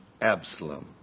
Absalom